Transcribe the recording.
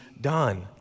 done